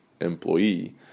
employee